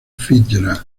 fitzgerald